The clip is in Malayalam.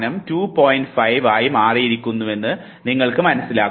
5 ആയി മാറിയിരിക്കുന്നുവെന്ന് നിങ്ങൾ മനസ്സിലാക്കുന്നു